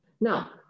Now